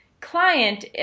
client